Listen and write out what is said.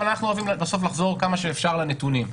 אבל אנחנו אוהבים בסוף לחזור כמה שאפשר לנתונים.